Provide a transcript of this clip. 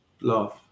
love